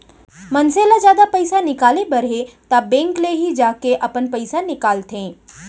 मनसे ल जादा पइसा निकाले बर हे त बेंक ले ही जाके अपन पइसा निकालंथे